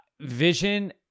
vision